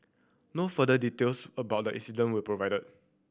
no further details about the incident were provided